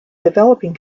developing